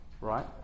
right